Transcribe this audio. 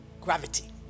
gravity